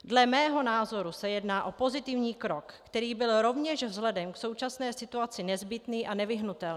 Dle mého názoru se jedná o pozitivní krok, který byl rovněž vzhledem k současné situaci nezbytný a nevyhnutelný.